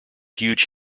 huge